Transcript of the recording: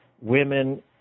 women